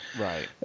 Right